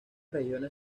regiones